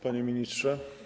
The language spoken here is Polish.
Panie ministrze.